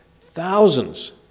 Thousands